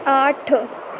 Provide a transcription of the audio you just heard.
آٹھ